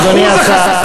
אדוני השר.